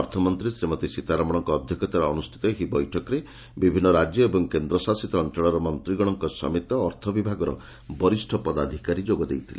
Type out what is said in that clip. ଅର୍ଥମନ୍ତୀ ଶ୍ରୀମତୀ ସୀତାରମଣଙ୍କ ଅଧ୍ୟକ୍ଷତାରେ ଅନୁଷ୍ପିତ ଏହି ବୈଠକରେ ବିଭିନ୍ତ ରାକ୍ୟ ଏବଂ କେଦ୍ରଶାସିତ ଅଞଳର ମନ୍ତୀଗଶଙ୍କ ସମେତ ଅର୍ଥ ବିଭାଗର ବରିଷ୍ ପଦାଧିକାରୀ ଯୋଗ ଦେଇଥିଲେ